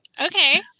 Okay